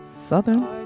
Southern